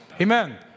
Amen